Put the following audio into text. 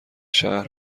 شهر